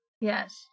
Yes